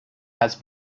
has